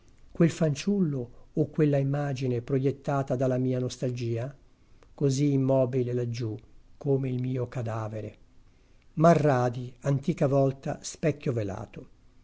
quel fanciullo o quella immagine proiettata dalla mia nostalgia così immobile laggiù come il mio cadavere marradi